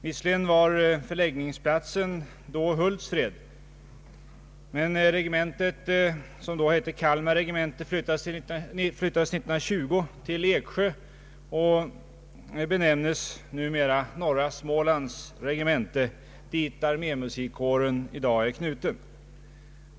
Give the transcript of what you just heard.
Visserligen var förläggningsplatsen då Hultsfred, men regementet, som då hette Kalmar regemente, flyttades år 1920 till Eksjö och benämnes numera Norra Smålands regemente, och dit är armé musikkåren i dag knuten.